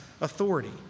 authority